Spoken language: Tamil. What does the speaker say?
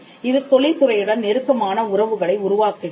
இது தொழில் துறையுடன் நெருக்கமான உறவுகளை உருவாக்குகிறது